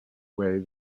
way